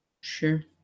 Sure